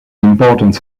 importance